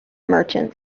merchant